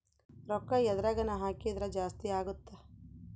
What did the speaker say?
ರೂಕ್ಕ ಎದ್ರಗನ ಹಾಕಿದ್ರ ಜಾಸ್ತಿ ಅಗುತ್ತ